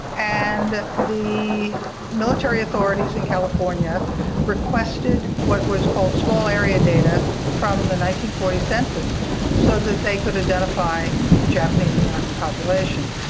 and the military authorities in california requested what was called small area data from the nineteen forty s census so that they could identify the japanese-american population.